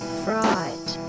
fright